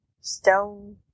stone